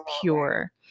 pure